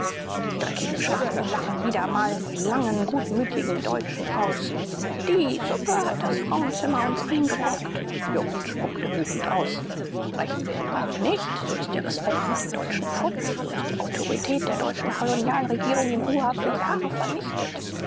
die dreckigen schwarzen lachen wieder mal die langen gutmütigen deutschen aus die suppe hat das frauenzimmer uns eingebrockt jobst spuckte wütend aus rächen wir den raub nicht so ist der respekt vor den deutschen futsch so ist die autorität der deutschen kolonialregierung in uha für jahre vernichtet